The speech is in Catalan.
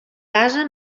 casa